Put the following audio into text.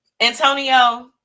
Antonio